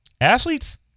Athletes